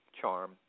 charm